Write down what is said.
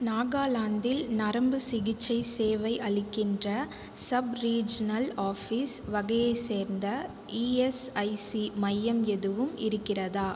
நாகாலாந்தில் நரம்பு சிகிச்சை சேவை அளிக்கின்ற சப் ரீஜினல் ஆஃபீஸ் வகையைச் சேர்ந்த இஎஸ்ஐசி மையம் எதுவும் இருக்கிறதா